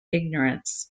ignorance